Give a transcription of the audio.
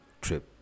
trip